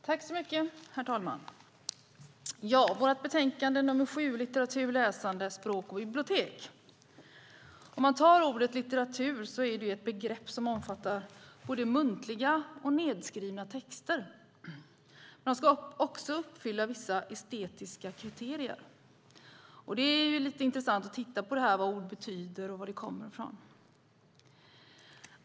Herr talman! Vi debatterar nu kulturutskottets betänkande 7 Litteratur, språk, läsande och bibliotek . Ordet litteratur är ett begrepp som omfattar både muntliga och nedskrivna texter. De ska också uppfylla vissa estetiska kriterier. Det är lite intressant att titta på vad ord betyder och var de kommer ifrån.